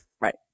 Right